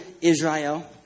Israel